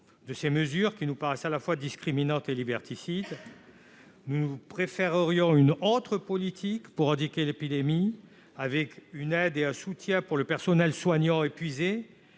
de ces mesures, qui nous paraissent à la fois discriminantes et liberticides. Nous préférerions une autre politique pour endiguer l'épidémie, incluant une aide et un soutien pour le personnel soignant épuisé,